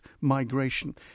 migration